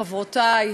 חברותי,